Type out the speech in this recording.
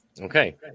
Okay